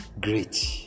Great